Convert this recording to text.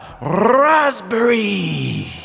Raspberry